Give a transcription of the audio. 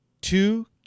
two